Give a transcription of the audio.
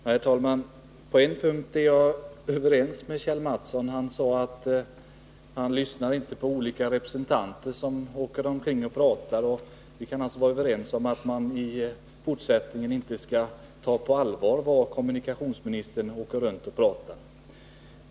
Herr talman! På en punkt är jag överens med Kjell Mattsson. Han sade att 17 december 1980 haninte lyssnar på representanter som åker omkring och pratar. Vi kan alltså vara överens om att man i fortsättningen inte skall ta på allvar vad kommunikationsministern åker runt och pratar om.